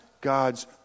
God's